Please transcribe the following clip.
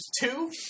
two